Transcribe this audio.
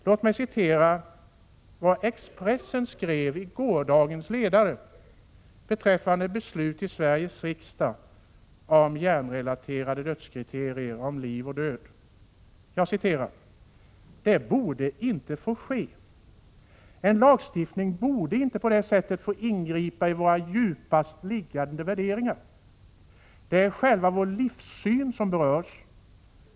Låt mig citera vad Expressen skrev i gårdagens ledare beträffande beslut i Sveriges riksdag om hjärnrelaterade dödskriterier och om liv och död: ”Det borde inte få ske. En lagstiftning borde inte på det sättet få ingripa i våra djupast liggande värderingar. Det är själva vår livssyn som berörs.